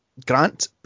Grant